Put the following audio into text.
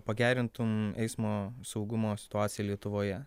pagerintum eismo saugumo situaciją lietuvoje